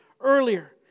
earlier